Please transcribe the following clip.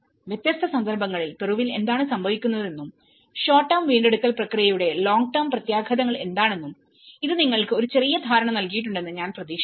വ്യത്യസ്ത സന്ദർഭങ്ങളിൽ പെറുവിൽ എന്താണ് സംഭവിക്കുന്നതെന്നും ഷോർട് ടെർമ്വീണ്ടെടുക്കൽ പ്രക്രിയയുടെ ലോങ്ങ് ടെർമ്പ്രത്യാഘാതങ്ങൾ എന്താണെന്നും ഇത് നിങ്ങൾക്ക് ഒരു ചെറിയ ധാരണ നൽകിയിട്ടുണ്ടെന്ന് ഞാൻ പ്രതീക്ഷിക്കുന്നു